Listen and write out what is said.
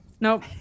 Nope